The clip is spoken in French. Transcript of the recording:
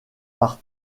par